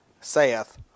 saith